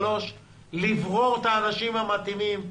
שלוש כדי לברור את האנשים המתאימים,